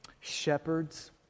shepherds